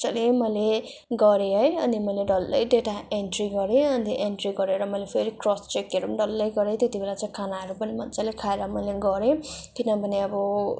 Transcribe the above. मजाले मैले गरेँ है अनि मैले डल्लै डेटा एन्ट्री गरेँ अन्त एन्ट्री गरेर मैले फेरि क्रस चेकहरू डल्लै गरेँ त्यति बेला चाहिँ खानाहरू पनि मजाले खाएर मैले गरेँ किनभने अब